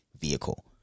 vehicle